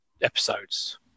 Episodes